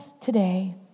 today